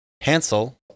Hansel